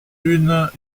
une